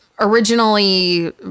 originally